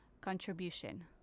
contribution